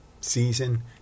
season